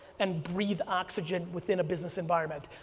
and breathe oxygen within a business environment.